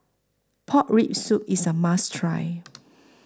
Pork Rib Soup IS A must Try